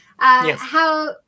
Yes